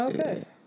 Okay